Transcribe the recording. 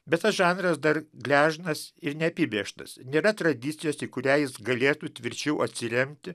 bet tas žanras dar gležnas ir neapibrėžtas nėra tradicijos į kurią jis galėtų tvirčiau atsiremti